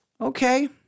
Okay